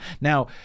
Now